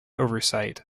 oversight